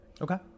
Okay